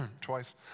twice